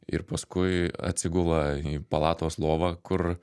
ir paskui atsigula į palatos lovą kur